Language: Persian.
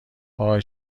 وای